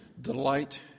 delight